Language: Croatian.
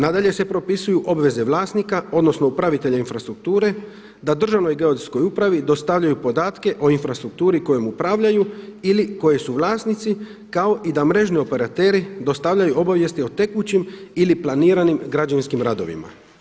Nadalje se propisuju obveze vlasnika, odnosno upravitelja infrastrukture da Državnoj geodetskoj upravi dostavljaju podatke o infrastrukturi kojom upravljaju ili koje su vlasnici kao i da mrežni operateri dostavljaju obavijesti o tekućim ili planiranim građevinskim radovima.